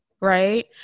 right